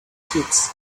kids